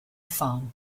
farm